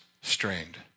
strained